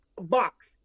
box